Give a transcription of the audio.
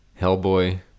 hellboy